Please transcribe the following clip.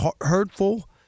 hurtful